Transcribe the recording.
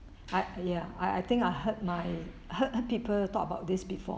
I ya I I think I heard my heard heard people talk about this before